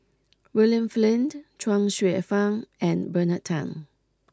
William Flint Chuang Hsueh Fang and Bernard Tan